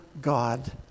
God